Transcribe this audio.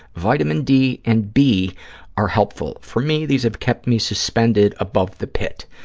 vitamin d and b are helpful. for me, these have kept me suspended above the pit.